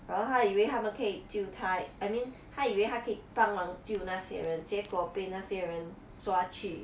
然后他以为他们可以救他 I mean 他以为他可以帮忙救那些人结果被那些人抓去